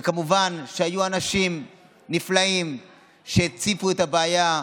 וכמובן שהיו אנשים נפלאים שהציפו את הבעיה,